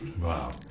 Wow